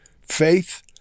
faith